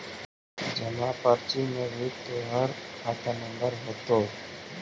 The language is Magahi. जमा पर्ची में भी तोहर खाता नंबर होतो